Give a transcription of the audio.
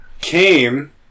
Came